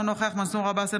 אינו נוכח מנסור עבאס,